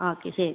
okay ശരി